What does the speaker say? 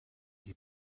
die